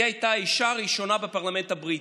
היא הייתה האישה הראשונה בפרלמנט הבריטי.